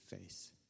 face